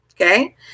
okay